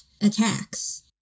attacks